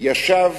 ישב